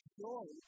joy